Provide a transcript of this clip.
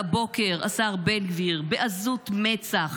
והבוקר השר בן גביר, בעזות מצח,